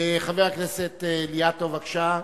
חבר הכנסת רוברט אילטוב, בבקשה,